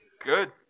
Good